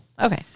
okay